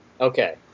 Okay